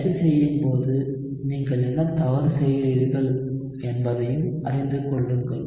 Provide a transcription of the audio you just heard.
பயிற்சி செய்யும் போது நீங்கள் என்ன தவறு செய்கிறீர்கள் என்பதையும் அறிந்து கொள்ளுங்கள்